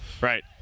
right